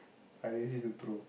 I lazy to throw